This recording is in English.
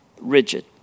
rigid